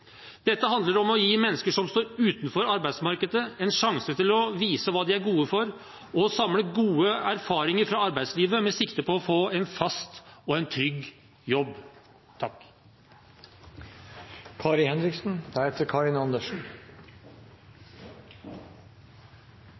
Dette handler om å gi mennesker som står utenfor arbeidsmarkedet, en sjanse til å vise hva de er gode for, og samle gode erfaringer fra arbeidslivet med sikte på å få en fast og en trygg jobb.